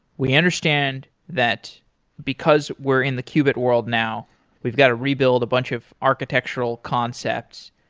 we understand that because we're in the qubit world now we've got to rebuild a bunch of architectural concepts,